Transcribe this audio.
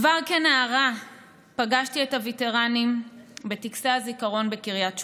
כבר כנערה פגשתי את הווטרנים בטקסי הזיכרון בקריית שמונה.